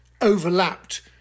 overlapped